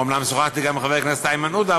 אומנם שוחחתי גם עם חבר הכנסת איימן עודה,